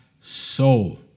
soul